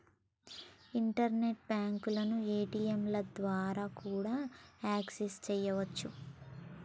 internet బ్యాంకులను ఏ.టీ.యంల ద్వారా కూడా యాక్సెస్ చెయ్యొచ్చు